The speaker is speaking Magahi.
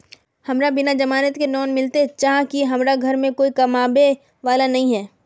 हमरा बिना जमानत के लोन मिलते चाँह की हमरा घर में कोई कमाबये वाला नय है?